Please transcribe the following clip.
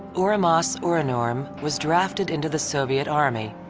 urmass orunurm was drafted into the soviet army.